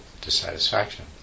dissatisfaction